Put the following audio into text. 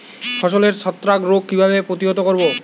ফসলের ছত্রাক রোগ কিভাবে প্রতিহত করব?